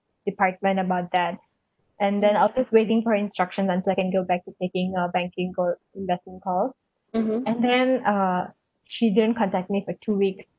department about that and then I'll just waiting for instructions until I can go back to taking uh banking call investment call and then uh she didn't contact me for two weeks